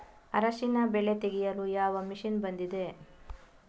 ಅರಿಶಿನ ಬೆಳೆ ತೆಗೆಯಲು ಯಾವ ಮಷೀನ್ ಬಂದಿದೆ?